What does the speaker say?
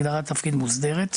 הגדרת התפקיד מוסדרת אז.